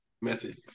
method